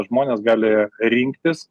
žmonės gali rinktis